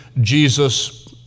Jesus